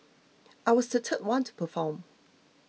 I was the third one to perform